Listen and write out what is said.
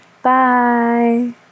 Bye